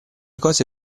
cose